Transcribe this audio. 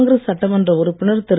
காங்கிரஸ் சட்டமன்ற உறுப்பினர் திரு